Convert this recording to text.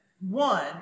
One